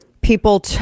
people